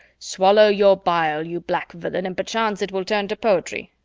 swallow your bile, you black villain, and perchance it will turn to poetry.